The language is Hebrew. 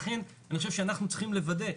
לכן אני חושב שאנחנו צריכים לוודא,